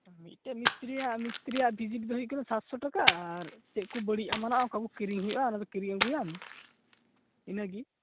ᱢᱤᱫᱴᱮᱡ ᱢᱤᱥᱛᱤᱨᱤᱭᱟᱜ ᱢᱤᱥᱛᱤᱨᱤᱭᱟᱜ ᱵᱷᱤᱡᱤᱴ ᱫᱚ ᱦᱩᱭᱩᱜ ᱠᱟᱱᱟ ᱥᱟᱛᱥᱚ ᱴᱟᱠᱟ ᱟᱨ ᱟᱨ ᱪᱮᱫ ᱠᱚ ᱵᱟᱹᱲᱤᱡ ᱚᱢᱚᱱᱚᱜᱼᱟ ᱚᱠᱟᱠᱚ ᱠᱤᱨᱤᱧ ᱦᱩᱭᱩᱜᱼᱟ ᱚᱱᱟ ᱫᱚ ᱠᱤᱨᱤᱧ ᱟᱹᱜᱩᱭᱟᱢ ᱤᱱᱟᱹᱜᱮ